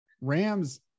Rams